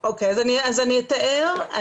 אני אתאר.